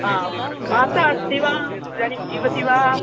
आं माता अस्ति वा इदानीं जीवति वा